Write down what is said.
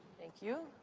thank you.